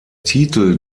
titel